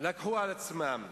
לקחו על עצמם.